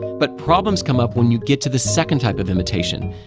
but problems come up when you get to the second type of imitation.